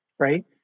right